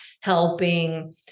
helping